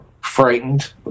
frightened